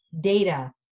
data